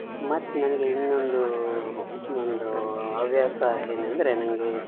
ಮತ್ತು ನನಗೆ ಇನ್ನೊಂದು ನಂದು ಹವ್ಯಾಸ ಏನೆಂದರೆ ನನಗೆ